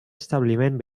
establiment